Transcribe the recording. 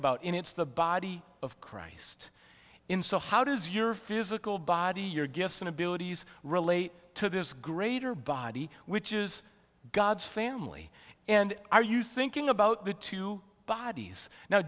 about and it's the body of christ in so how does your physical body your gifts and abilities relate to this greater body which is god's family and are you thinking about the two bodies now